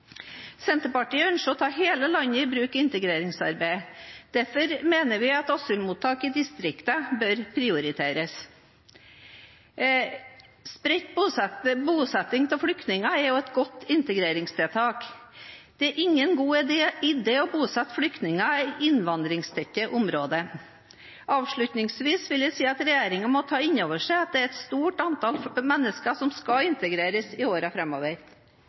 Senterpartiet ønsker å ta hele landet i bruk i integreringsarbeidet. Derfor mener vi at asylmottak i distriktene bør prioriteres. Spredt bosetting av flyktninger er også et godt integreringstiltak. Det er ingen god idé å bosette flyktninger i innvandringstette områder. Avslutningsvis vil jeg si at regjeringen må ta inn over seg at det er et stort antall mennesker som skal integreres i